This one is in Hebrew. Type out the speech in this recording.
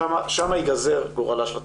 שם ייגזר גורלה של התכנית.